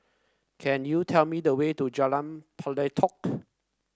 can you tell me the way to Jalan Pelatok